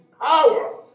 power